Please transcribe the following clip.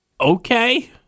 Okay